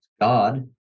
God